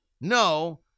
No